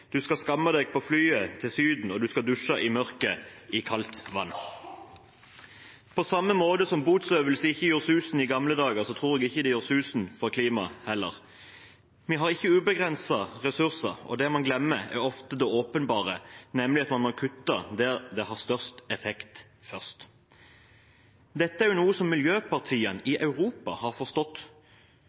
skal skamme seg på flyet til Syden, og en skal dusje i mørket i kaldt vann. På samme måte som botsøvelse ikke gjorde susen i gamle dager, tror jeg ikke det gjør susen for klimaet heller. Vi har ikke ubegrensede ressurser, og det man glemmer, er ofte det åpenbare, nemlig at man først må kutte der det har størst effekt. Dette er noe miljøpartiene i Europa har forstått.